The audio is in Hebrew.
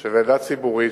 של ועדה ציבורית,